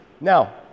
Now